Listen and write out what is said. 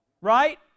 Right